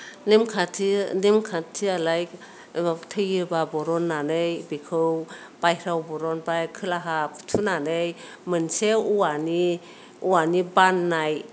नेमखान्थियालाय माबा थैयोबा बर'ननानै बेखौ बायहेराव बर'नबाय खोलाहा फुथुनानै मोनसे औवानि बाननाय